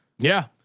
yeah.